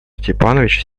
степанович